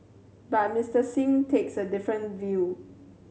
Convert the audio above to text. but Mister Singh takes a different view